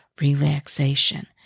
relaxation